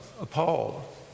appalled